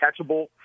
catchable